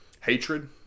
hatred